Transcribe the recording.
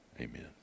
Amen